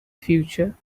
future